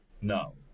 no